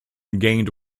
gained